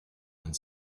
and